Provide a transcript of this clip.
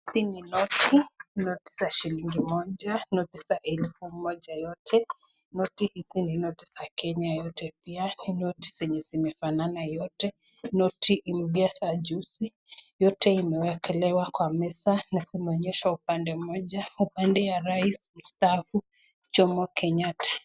Hizi ni noti. Noti za shilingi moja, noti za elfu moja yote. Noti hizi ni noti za Kenya yote pia. Ni noti zenye zimefanana yote. Noti mpya saa hii. Yote imewekelewa kwa meza na zimeonyesha upande mmoja, upande ya rais mstaafu Jomo Kenyatta.